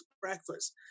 breakfast